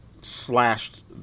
slashed